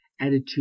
attitude